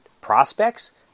prospects